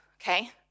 okay